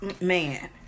man